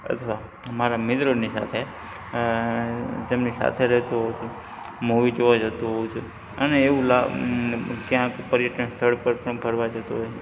અથવા અમારા મિત્રોની સાથે અ તેમની સાથે રહેતો હોઉં છું મૂવી જોવા જતો હોઉં છું અને એવું લાગે ક્યાંક પર્યટન સ્થળ પર ફરવા જતો હોઉં છું